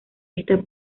esta